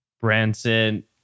Branson